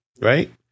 right